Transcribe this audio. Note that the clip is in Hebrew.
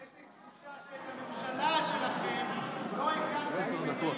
יש לי תחושה שאת הממשלה שלכם לא הקמתם ממניעים אידיאולוגיים,